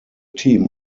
team